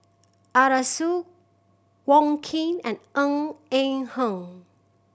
Arasu Wong Keen and Ng Eng Hen